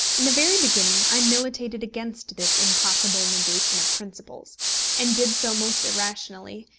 in the very beginning i militated against this impossible negation of principles and did so most irrationally,